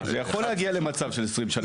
--- זה יכול להגיע למצב של 20 שנים,